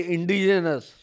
Indigenous